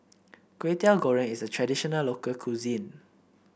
Kwetiau Goreng is a traditional local cuisine